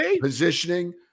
positioning